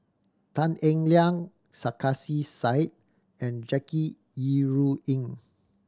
Tan Eng Liang Sarkasi Said and Jackie Yi Ru Ying